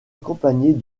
accompagnés